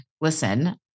listen